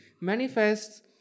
manifests